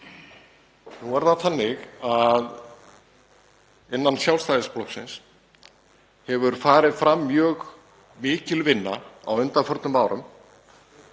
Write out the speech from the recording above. Nú er það þannig að innan Sjálfstæðisflokksins hefur farið fram mjög mikil vinna á undanförnum árum